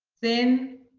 thin,